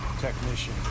technician